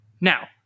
Now